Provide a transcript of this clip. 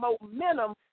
momentum